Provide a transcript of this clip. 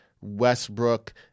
Westbrook